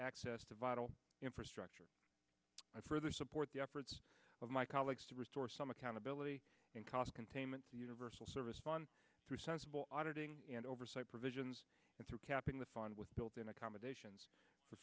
access to vital infrastructure further support the efforts of my colleagues to restore some accountability and cost containment the universal service fund through sensible auditing and oversight provisions and to capping the fine with built in accommodations for